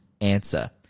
answer